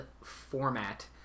format